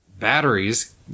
batteries